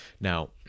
Now